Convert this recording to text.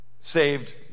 saved